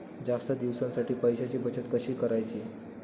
जास्त दिवसांसाठी पैशांची बचत कशी करायची?